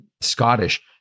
Scottish